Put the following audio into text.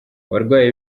abarwayi